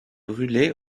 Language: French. brûlé